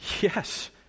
Yes